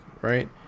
right